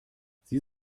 sie